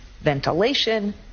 ventilation